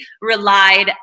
relied